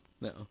No